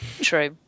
True